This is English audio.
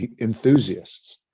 enthusiasts